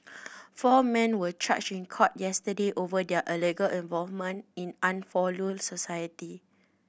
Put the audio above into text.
four men were charged in court yesterday over their alleged involvement in unlawful society